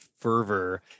fervor